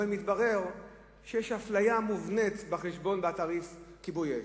מתברר שיש אפליה מובנית בחשבון, בתעריף כיבוי האש.